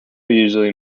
usually